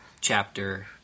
chapter